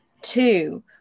two